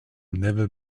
never